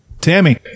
Tammy